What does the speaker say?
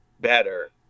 better